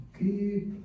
keep